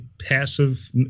passive